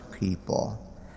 People